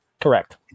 correct